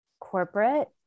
corporate